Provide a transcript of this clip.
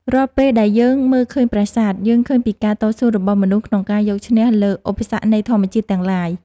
រាល់ពេលដែលយើងមើលឃើញប្រាសាទ យើងឃើញពីការតស៊ូរបស់មនុស្សក្នុងការយកឈ្នះលើឧបសគ្គនៃធម្មជាតិទាំងឡាយ។